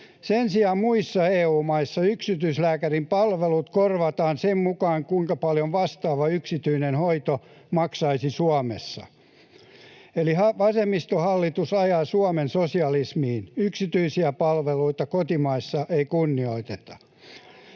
Sen sijaan muissa EU-maissa yksityislääkärin palvelut korvataan sen mukaan, kuinka paljon vastaava yksityinen hoito maksaisi Suomessa. Eli vasemmistohallitus ajaa Suomen sosialismiin. Yksityisiä palveluita kotimaassa ei kunnioiteta.